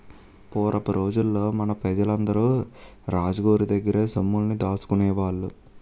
పూరపు రోజుల్లో మన పెజలందరూ రాజు గోరి దగ్గర్నే సొమ్ముల్ని దాసుకునేవాళ్ళు